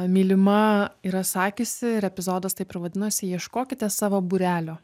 mylima yra sakiusi ir epizodas taip ir vadinosi ieškokite savo būrelio